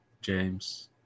James